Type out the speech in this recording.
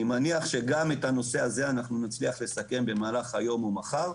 אני מניח שגם את הנושא הזה אנחנו נצליח לסכם במהלך היום או מחר,